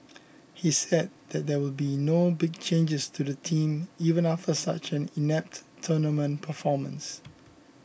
he said that there will be no big changes to the team even after such an inept tournament performance